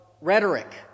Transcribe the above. rhetoric